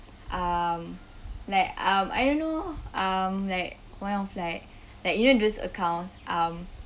um like um I don't know um like one of like like you know those accounts